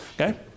Okay